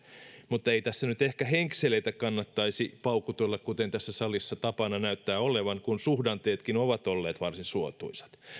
mutta ei tässä nyt ehkä henkseleitä kannattaisi paukutella kuten tässä salissa tapana näyttää olevan kun suhdanteetkin ovat olleet varsin suotuisat